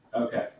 Okay